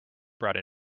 brought